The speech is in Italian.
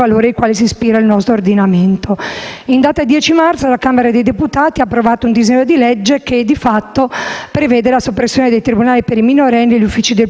In data 10 marzo la Camera dei deputati ha approvato un disegno di legge che prevede la soppressione dei tribunali per i minorenni e gli uffici del pubblico ministero presso i suddetti tribunali,